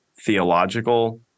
theological